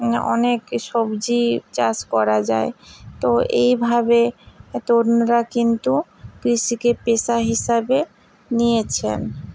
মানে অনেক সবজি চাষ করা যায় তো এইভাবে তরুণরা কিন্তু কৃষিকে পেশা হিসাবে নিয়েছেন